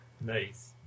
Nice